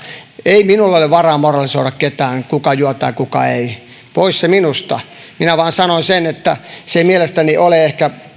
ei minulla ole varaa moralisoida ketään kuka juo tai kuka ei pois se minusta minä vain sanon sen että se ei mielestäni ole ehkä